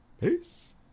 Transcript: Peace